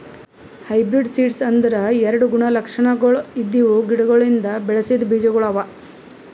hybrid seeds ಅಂದುರ್ ಎರಡು ಗುಣ ಲಕ್ಷಣಗೊಳ್ ಇದ್ದಿವು ಗಿಡಗೊಳಿಂದ್ ಬೆಳಸಿದ್ ಬೀಜಗೊಳ್ ಅವಾ